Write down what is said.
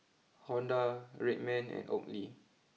Honda Red Man and Oakley